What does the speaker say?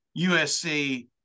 USC